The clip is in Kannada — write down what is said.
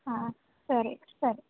ಹಾಂ ಸರಿ ಸರಿ